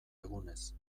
egunez